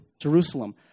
Jerusalem